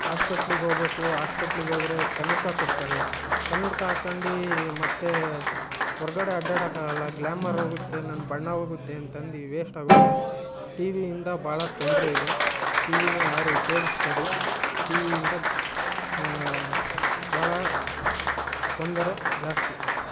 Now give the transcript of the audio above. ಹಾಸ್ಪೆಟ್ಲಿಗೆ ಹೋಬೇಕು ಹಾಸ್ಪೆಟ್ಲಿಗೆ ಹೋದರೆ ಕನ್ನಡ್ಕ ಕೊಡ್ತಾರೆ ಕನ್ನಡ್ಕ ಹಾಕ್ಕಂಡು ಮತ್ತು ಹೊರಗಡೆ ಅಡ್ಡಾಡಕ್ಕೆ ಆಗಲ್ಲ ಗ್ಲಾಮರ್ ಹೋಗುತ್ತೆ ನನ್ನ ಬಣ್ಣ ಹೋಗುತ್ತೆ ಅಂತ ಅಂದು ವೇಶ್ಟ್ ಆಗುತ್ತೆ ಟಿ ವಿಯಿಂದ ಭಾಳ ತೊಂದರೆ ಇದೆ ಟಿ ವಿನ ಯಾರೂ ಉಪ್ಯೋಗಿಸ್ಬೇಡಿ ಟಿ ವಿಯಿಂದ ಭಾಳ ತೊಂದರೆ ಜಾಸ್ತಿ